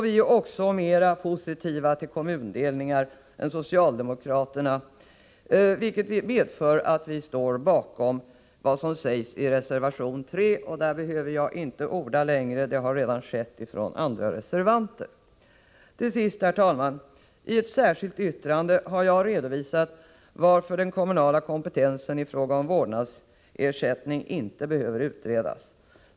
Vi är mera positiva till kommundelningar än socialdemokraterna, vilket medför att vi står bakom vad som sägs i reservation nr 3. Jag behöver inte orda längre om detta eftersom reservationen redan har tagits upp av andra reservanter. Till sist, herr talman. I ett särskilt yttrande har jag redovisat varför den kommunala kompetensen i fråga om vårdnadsersättning inte behöver utredas.